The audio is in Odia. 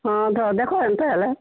ହଁ ଦେଖୋ ଏନ୍ତା ହେଲା